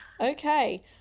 Okay